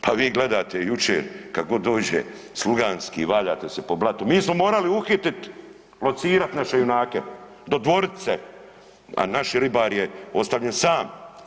Pa vi gledate jučer, kad god dođe sluganski, valjate se po blatu, mi smo morali uhititi, locirat naše junake, dodvorit se a naš ribar je ostavljen sam.